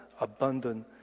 abundant